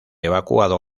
evacuado